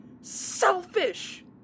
selfish